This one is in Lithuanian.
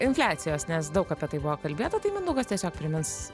infliacijos nes daug apie tai buvo kalbėta tai mindaugas tiesiog primins